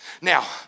Now